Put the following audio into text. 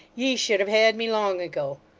ye should have had me long ago.